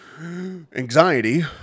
anxiety